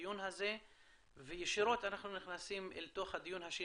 הדיון הזה וישירות אנחנו נכנסים אל תוך הדיון השני,